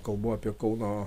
kalbu apie kauno